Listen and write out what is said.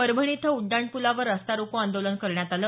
परभणी इथं उड्डाणप्लावर रस्ता रोको आंदोलन करण्यात आलं